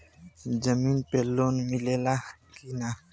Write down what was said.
जमीन पे लोन मिले ला की ना?